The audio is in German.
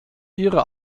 ihre